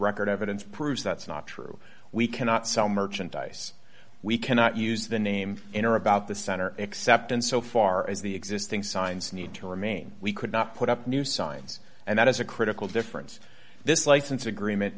record evidence proves that's not true we cannot sell merchandise we cannot use the name in or about the center except in so far as the existing signs need to remain we could not put up new signs and that is a critical difference this license agreement